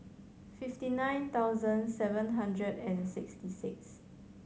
fifty nine thousand seven hundred and sixty six